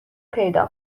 پیدا